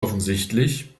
offensichtlich